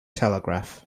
telegraph